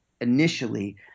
initially